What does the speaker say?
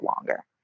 longer